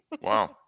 Wow